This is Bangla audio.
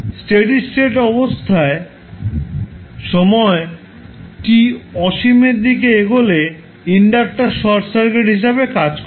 স্টেডি স্টেট অবস্থায় সময় t অসীমের দিকে এগোলে ইন্ডাক্টার শর্ট সার্কিট হিসাবে কাজ করবে